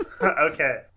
Okay